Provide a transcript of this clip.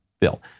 bill